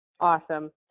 Awesome